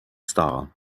star